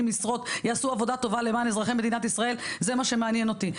משרות יעשו עבודה טובה למען אזרחי מדינת ישראל זה מה שמעניין אותי.